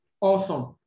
Awesome